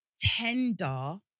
Tender